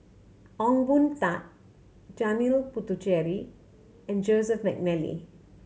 Ong Boon Tat Janil Puthucheary and Joseph McNally